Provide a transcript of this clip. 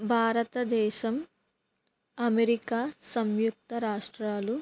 భారతదేశం అమెరికా సంయుక్త రాష్ట్రాలు